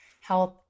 health